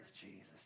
Jesus